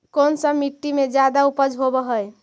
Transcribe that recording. कोन सा मिट्टी मे ज्यादा उपज होबहय?